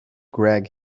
greg